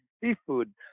seafood